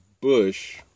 bush